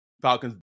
Falcons